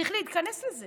צריך להיכנס לזה